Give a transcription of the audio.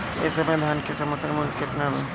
एह समय धान क समर्थन मूल्य केतना बा?